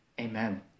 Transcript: Amen